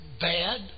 bad